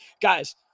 Guys